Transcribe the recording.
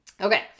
Okay